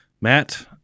Matt